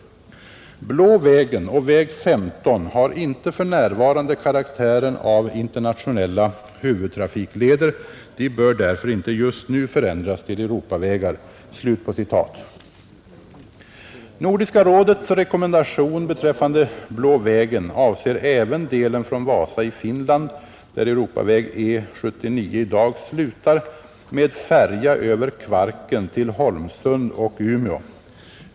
Blå vägen och väg 15 har inte för närvarande karaktären av internationella huvudtrafikleder. De bör därför inte just nu förändras till Europavägar.” Nordiska rådets rekommendation beträffande Blå vägen avser även delen från Vasa i Finland — där Europaväg E 79 i dag slutar — med färja över Kvarken till Holmsund och Umeå.